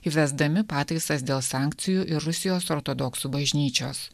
įvesdami pataisas dėl sankcijų ir rusijos ortodoksų bažnyčios